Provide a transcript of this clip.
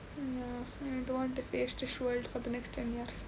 ya I don't want my face to show for the next ten years